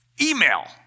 email